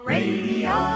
Radio